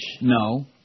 No